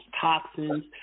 toxins